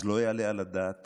אז לא יעלה על הדעת